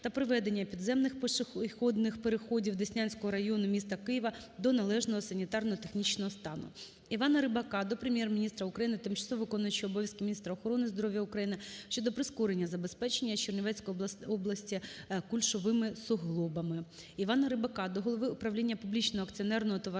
та приведення підземних пішохідних переходів Деснянського району міста Києва до належного санітарно-технічного стану. Івана Рибака до Прем'єр-міністра України, тимчасово виконуючої обов'язки міністра охорони здоров'я України щодо прискорення забезпечення Чернівецької області кульшовими суглобами. Івана Рибака до голови правління публічного акціонерного товариства